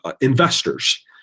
investors